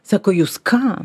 sako jūs ką